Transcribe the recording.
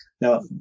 now